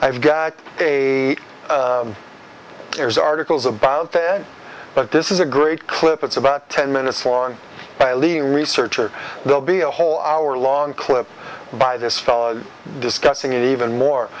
i've got a there's articles about that but this is a great clip it's about ten minutes long by leading researcher will be a whole hour long clip by this fellow discussing it even more